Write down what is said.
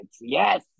Yes